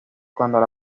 cuando